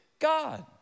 God